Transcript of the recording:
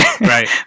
right